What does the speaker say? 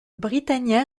britannia